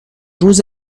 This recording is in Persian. روز